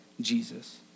Jesus